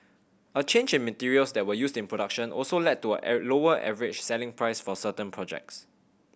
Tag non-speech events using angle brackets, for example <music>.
a change in materials that were used in production also led to a <unintelligible> lower average selling price for certain projects